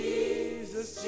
Jesus